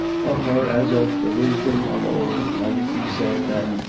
of her as of the wisdom of old might it be said that,